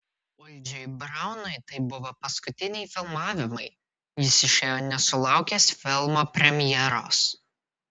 uldžiui braunui tai buvo paskutiniai filmavimai jis išėjo nesulaukęs filmo premjeros